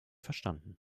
verstanden